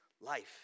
life